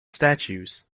statues